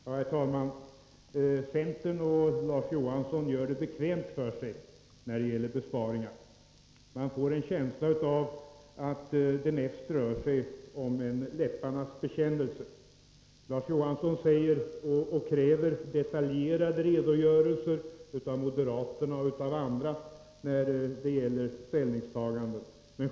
Herr talman! Centern och Larz Johansson gör det bekvämt för sig när det gäller besparingar. Man får en känsla av att det mest rör sig om en läpparnas bekännelse. Larz Johansson kräver detaljerade redogörelser av moderaterna och andra då det gäller deras ställningstaganden.